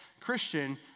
Christian